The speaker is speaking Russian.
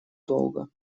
долго